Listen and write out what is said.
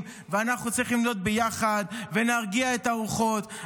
ואנחנו צריכים להיות ביחד ולהרגיע את הרוחות.